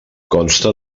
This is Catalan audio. consta